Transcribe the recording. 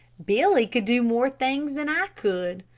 billy could do more things than i could.